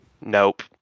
Nope